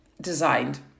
designed